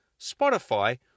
Spotify